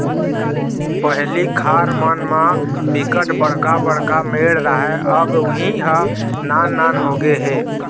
पहिली खार मन म बिकट बड़का बड़का मेड़ राहय अब उहीं ह नान नान होगे हे